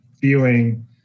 feeling